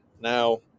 now